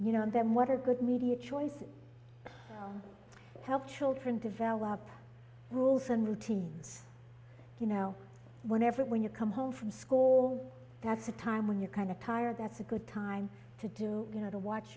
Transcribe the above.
you know on them what are good media choices help children develop rules and routines you know whenever when you come home from school all that's a time when you're kind of tired that's a good time to do you know to watch